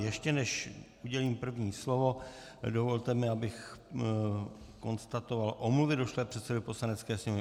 Ještě než udělím první slovo, dovolte mi, abych konstatoval omluvy došlé předsedovi Poslanecké sněmovny.